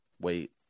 wait